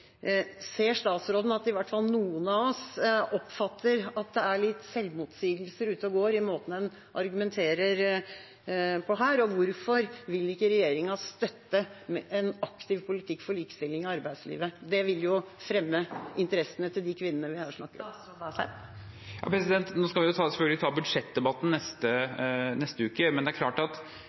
Ser statsråden at i hvert fall noen av oss oppfatter at det er litt selvmotsigelse ute og går i måten en argumenterer på, og hvorfor vil ikke regjeringa støtte en aktiv politikk for likestilling i arbeidslivet? Det ville fremme interessene til de kvinnene vi snakker om. Vi skal selvfølgelig ta budsjettdebatten neste uke, men det er klart,